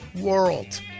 world